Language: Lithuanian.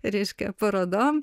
reiškia parodom